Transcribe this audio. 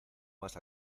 más